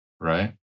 right